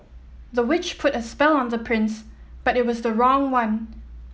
the witch put a spell on the prince but it was the wrong one